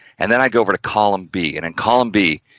and then, i go over to column b and in column b,